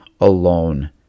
alone